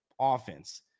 offense